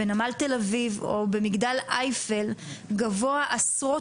בנמל תל-אביב או מגדל אייפל גבוה עשרות